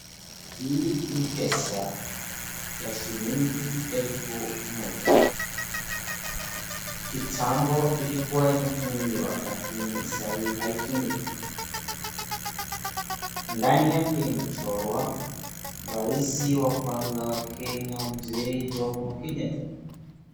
Hii ni pesa ya shilingi elfu moja. Kitambo ilkua inatumiliwa lakini saa hii haitumiki. Ndani yake imechorwa rais wa kwaza wa Kenya mzee Jomo Kenyatta.